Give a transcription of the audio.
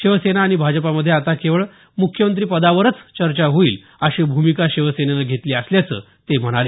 शिवसेना आणि भाजपामधे आता केवळ मुख्यमंत्रिपदावरच चर्चा होईल अशी भूमिका शिवसेनेनं घेतली असल्याचं ते म्हणाले